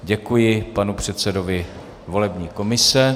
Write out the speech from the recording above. Děkuji panu předsedovi volební komise.